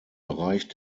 bereich